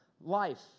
life